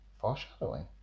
foreshadowing